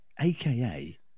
aka